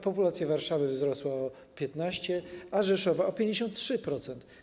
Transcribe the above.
Populacja Warszawy wzrosła o 15%, a Rzeszowa o 53%.